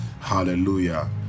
hallelujah